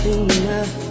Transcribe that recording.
enough